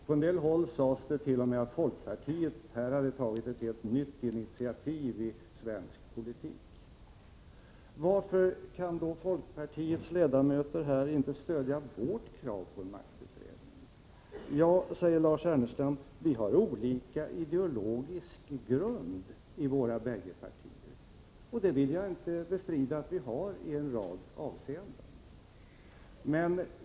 På en del håll sades det t.o.m. att folkpartiet här hade tagit ett nytt initiativ i svensk politik. Varför kan då folkpartiets ledamöter inte här stödja vårt krav på en maktutredning? Ja, säger Lars Ernestam, vi har olika ideologisk grund för våra bägge partier. Jag vill inte bestrida att vi har det i en rad avseenden.